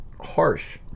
harsh